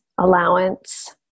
allowance